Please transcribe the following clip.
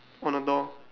on the door